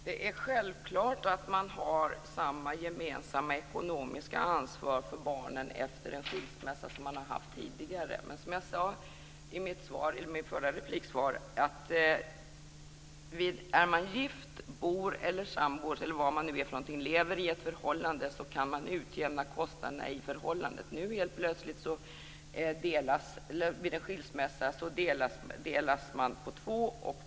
Herr talman! Det är självklart att man har samma gemensamma ekonomiska ansvar för barnen efter en skilsmässa som man har haft tidigare. Men som jag sade i min förra replik kan man, om man är gift eller sambo och lever i ett förhållande, utjämna kostnaderna i förhållandet. Vid en skilsmässa delas föräldrarna plötsligt upp.